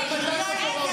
אולי תגלי לנו?